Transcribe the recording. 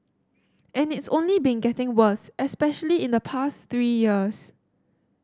and it's only been getting worse especially in the past three years